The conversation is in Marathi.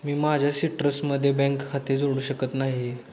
मी माझ्या सिट्रसमध्ये बँक खाते जोडू शकत नाही